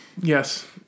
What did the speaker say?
Yes